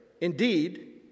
indeed